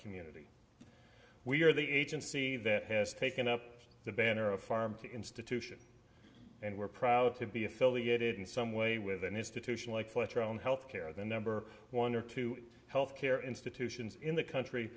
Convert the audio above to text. community we are the agency that has taken up the banner of farm to institution and we're proud to be affiliated in some way with an institution like fletcher on health care the number one or two health care institutions in the country